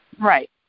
Right